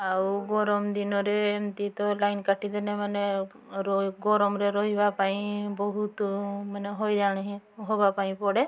ଆଉ ଗରମ ଦିନରେ ଏମିତି ତ ଲାଇନ୍ କାଟି ଦେନେ ମାନେ ଗରମରେ ରହିବା ପାଇଁ ବହୁତ ମାନେ ହଇରାଣ ହିଁ ହବାପାଇଁ ପଡ଼େ